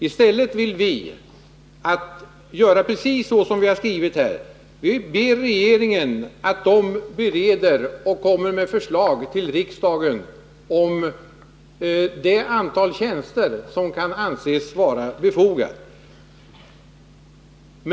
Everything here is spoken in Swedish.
I stället vill vi, precis så som vi har skrivit i betänkandet, be regeringen bereda ärendet och framlägga förslag till riksdagen om det antal tjänster som kan anses vara befogat.